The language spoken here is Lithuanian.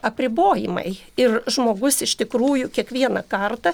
apribojimai ir žmogus iš tikrųjų kiekvieną kartą